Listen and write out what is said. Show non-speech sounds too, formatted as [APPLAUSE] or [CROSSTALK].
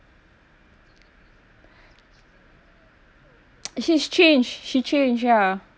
[NOISE] she's changed she changed yeah